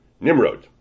Nimrod